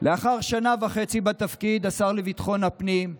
לאחר שנה וחצי בתפקיד השר לביטחון הפנים,